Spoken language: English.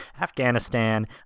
Afghanistan